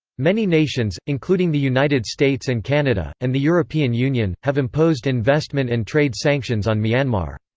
many nations, including the united states and canada, and the european union, have imposed investment and trade sanctions on myanmar.